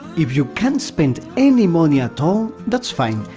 if you can't spend any money at all, that's fine,